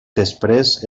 després